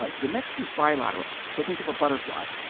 ah the next is bilateral. so think of a butterfly.